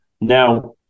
Now